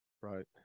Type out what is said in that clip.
right